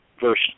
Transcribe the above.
verse